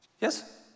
yes